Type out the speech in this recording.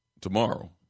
tomorrow